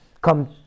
come